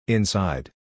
Inside